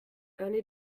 early